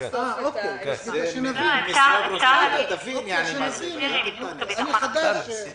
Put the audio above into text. תתארי לנו מהזווית שלכם בכמה מקרים נתקלתם